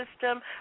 system